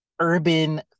urban